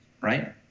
right